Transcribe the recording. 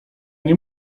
nie